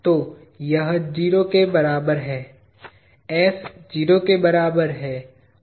तो यह 0 के बराबर है s 0 के बराबर और s 1 के बराबर है